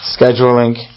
scheduling